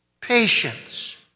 patience